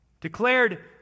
declared